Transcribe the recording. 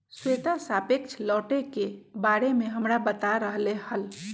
श्वेता सापेक्ष लौटे के बारे में हमरा बता रहले हल